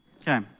Okay